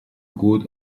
gut